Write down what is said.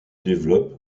développe